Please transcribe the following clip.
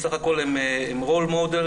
בסך הכל הם role models,